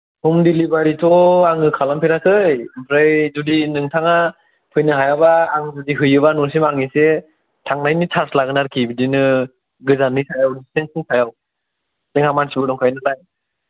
ह'म डेलिभारिथ' आङो खालाम फेराखै आमफ्राय जुदि नोंथाङा फैनो हायाब्ला आं जुदि हैयोब्ला आं एसे थांनायनि चार्ज लागोन आरोखि बिदिनो गोजाननि सायाव डिस्टेन्सनि सायाव नै आंहा मानसिबो दंखायो नालाय